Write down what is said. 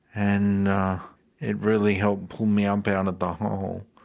and it really helped pull me ah up out of the hole,